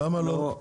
למה לא?